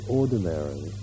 ordinary